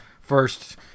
first